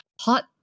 hot